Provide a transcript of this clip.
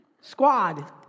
squad